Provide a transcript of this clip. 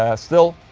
ah still,